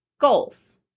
goals